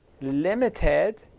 Limited